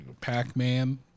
Pac-Man